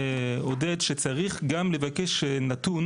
עודד, שצריך גם לבקש נתון